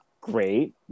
great